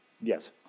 Yes